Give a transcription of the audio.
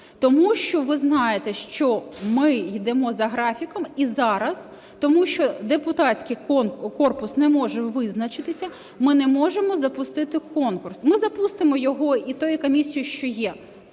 Тому що ви знаєте, що ми йдемо за графіком і зараз, тому що депутатський корпус не може визначитися, ми не можемо запустити конкурс. Ми запустимо його і тією комісією, що є.